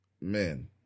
man